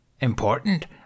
Important